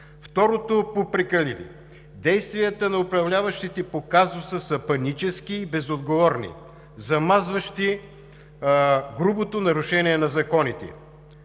Второто „попрекалили“ – действията на управляващите по казуса са панически и безотговорни, замазващи грубото нарушение на законите.